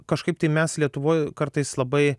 kažkaip tai mes lietuvoj kartais labai